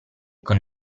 con